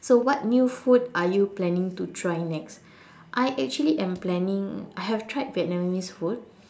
so what new food are you planning to try next I actually am planning I have tried Vietnamese food